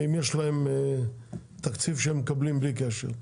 אם יש להם תקציב שהם מקבלים בלי קשר,